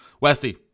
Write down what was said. Westy